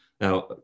Now